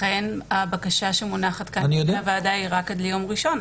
לכן הבקשה שמונחת כאן בפני הוועדה היא רק עד יום ראשון,